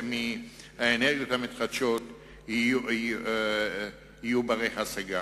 מהאנרגיות המתחדשות יהיו בנות השגה.